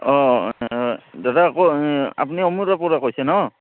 অঁ দাদা আকৌ আপুনি পৰা কৈছে ন